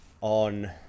on